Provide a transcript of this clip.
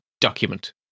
document